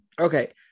Okay